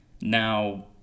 Now